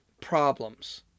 problems